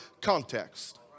context